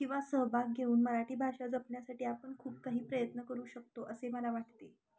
किंवा सहभाग घेऊन मराठी भाषा जपण्यासाठी आपण खूप काही प्रयत्न करू शकतो असे मला वाटते